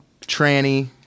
Tranny